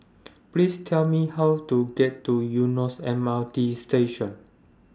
Please Tell Me How to get to Eunos M R T Station